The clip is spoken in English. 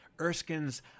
Erskine's